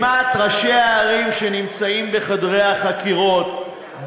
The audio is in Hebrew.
רשימת ראשי הערים שנמצאים בחדרי החקירות,